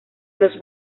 los